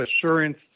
assurance